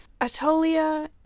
atolia